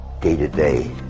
day-to-day